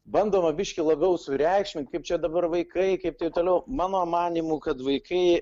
bandoma biškį labiau sureikšmint kaip čia dabar vaikai kaip tai toliau mano manymu kad vaikai